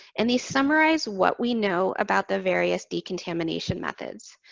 and these summarize what we know about the various decontamination methods.